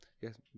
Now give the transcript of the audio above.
Yes